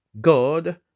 God